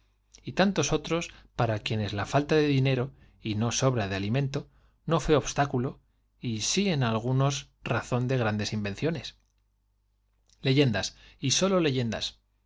y tantos otros para quienes la falta ele din ero y no sobra de alimento fué obstáculo algunos razón no y sí en de grandes invenciones leyendas y sólo leyendas